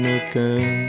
again